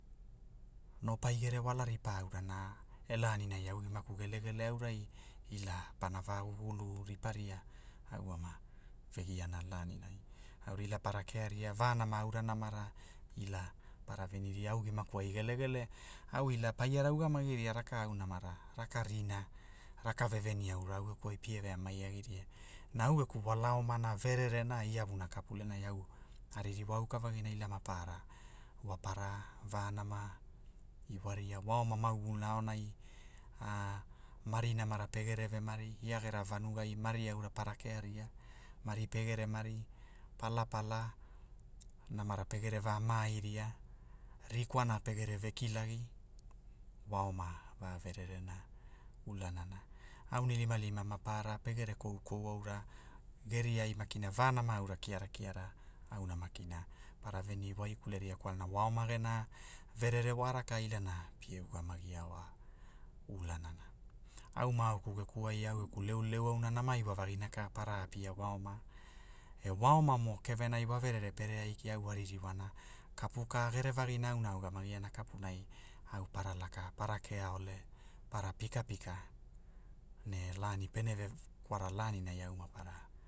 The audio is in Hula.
No pai gere wala ripa aura na, e lanilani au gimaku gelegele aurai, ila, pana vagugulu riparia, au ama, ve giana lanilani, aurai ila para kearia, vanama aura namara, ila, para veniria au gimaku ai gelegele, au ila paiara ugamagiria rakau namara, raka rinaa, raka veveni aura au geku pie veanai agiria, na au geku wala omana vererena kwuna kapulenai au, aririwa aukavagiana ila maparara, wa para, vanama, iwaria wa oma mauguluna aunai, a mari namara pegere vemari, ia gera vanugai mari aura para kearia, mari pegere mari, palapala namara pegere va maai ria, rikwara pegene vakila, wa oma, vavererena ulanana, aunilimalima mapara pegere koukou aura, geriai makina va nama kiara kiara, auna makina, para veni waikule veiria kwalna wa oma gena, verere wa raka ilana pie ugamagio wa, ulanana. Au maauku geku ai au geku leuleu auna nama iwavagi na ka para apia wa oma, e wa oma mo keverai wa verere pere aiki au aririwana kapu ka gerevagina auna a ugamagiana kapuna, au para laka para kea ole, para pikaiku, ne lani pene ve- kwara lanilani au mapara